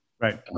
Right